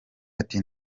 ati